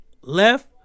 left